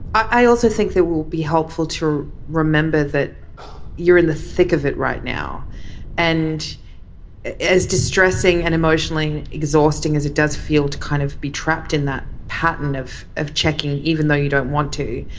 i also think that will be helpful to remember that you're in the thick of it right now and it is distressing and emotionally exhausting as it does feel to kind of be trapped in that pattern of of checking. even though you don't want to.